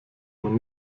man